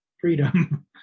freedom